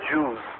Jews